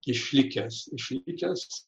išlikęs išlikęs